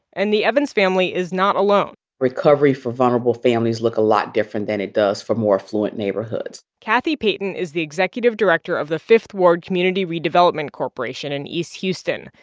and the evans family is not alone recovery for vulnerable families look a lot different than it does for more affluent neighborhoods kathy payton is the executive director of the fifth ward community redevelopment corporation in east houston,